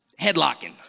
headlocking